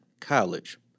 college